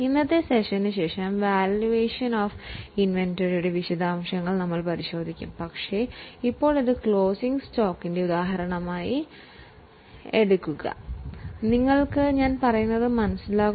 ഇന്നത്തെ സെഷനുശേഷം valuation of ഇൻവെന്ററിയുടെ വിശദാംശങ്ങൾ നമ്മൾ നോക്കാം പക്ഷേ ഇപ്പോൾ ഇത് കൺസെപ്റ് ഓഫ് കോൺസെർവറ്റിസത്തിൻറെ ഉദാഹരണമായി കരുതുക